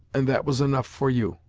and that was enough for you.